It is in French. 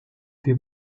des